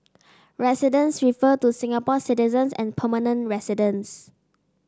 residents refer to Singapore citizens and permanent residents